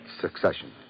succession